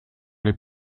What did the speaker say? les